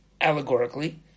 Allegorically